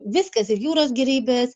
viskas ir jūros gėrybės